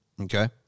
okay